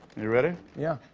you ready? yeah.